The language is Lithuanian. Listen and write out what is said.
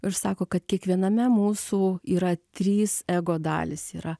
ir sako kad kiekviename mūsų yra trys ego dalys yra